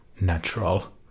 natural